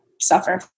suffer